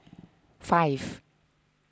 five